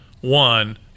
one